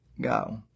Go